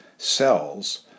cells